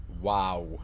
Wow